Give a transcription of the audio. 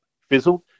fizzled